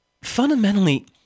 Fundamentally